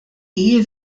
ehe